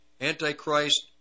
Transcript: Antichrist